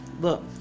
look